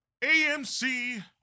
AMC